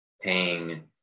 paying